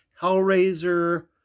hellraiser